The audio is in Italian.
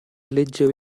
leggere